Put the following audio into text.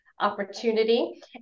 opportunity